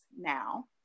now